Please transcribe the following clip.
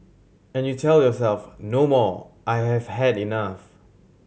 and you tell yourself no more I have had enough